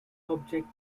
objects